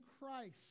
Christ